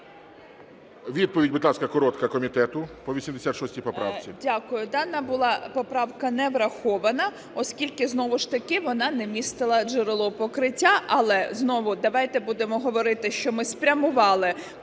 Відповідь, будь ласка, коротка комітету по 86 поправці.